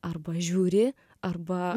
arba žiūri arba